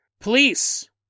Police